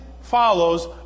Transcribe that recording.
follows